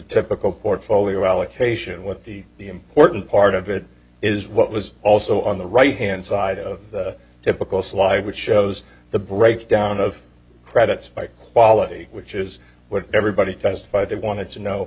typical portfolio allocation what the the important part of it is what was also on the right hand side of the typical slide which shows the breakdown of credits by quality which is what everybody testified they wanted to know